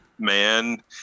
man